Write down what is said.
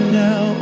now